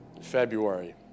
February